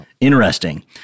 Interesting